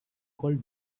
called